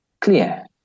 clear